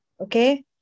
okay